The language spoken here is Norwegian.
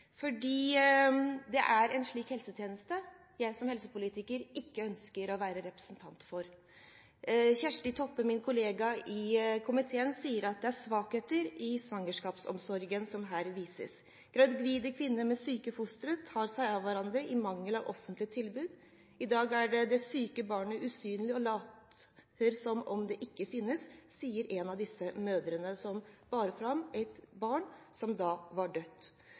fordi det er en slik helsetjeneste jeg som helsepolitiker ikke ønsker å være representant for. Kjersti Toppe, min kollega i komiteen, sier at det er svakheter i svangerskapsomsorgen som her vises. Gravide kvinner med syke fostre tar seg av hverandre i mangel av offentlige tilbud. I dag er det syke barnet usynlig og det lates som det ikke finnes, sier en av disse mødrene som bar fram et barn som var dødt.